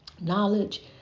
Knowledge